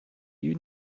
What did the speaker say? you